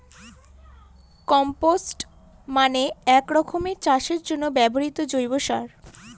compost মানে এক রকমের চাষের জন্য ব্যবহৃত জৈব সার